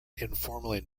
informally